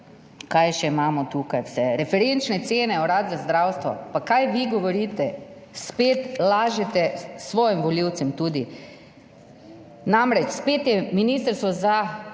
Kaj še imamo tukaj vse. Referenčne cene, Urad za zdravstvo. Pa kaj vi govorite, spet lažete svojim volivcem tudi. Namreč, spet je Ministrstvo za